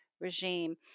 regime